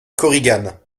korigane